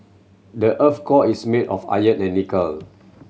the earth's core is made of iron and nickel